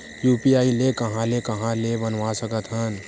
UPI ल कहां ले कहां ले बनवा सकत हन?